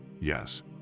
yes